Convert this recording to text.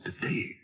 today